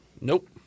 Nope